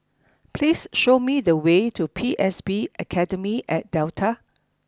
please show me the way to P S B Academy at Delta